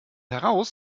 heraus